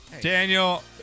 Daniel